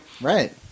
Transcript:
Right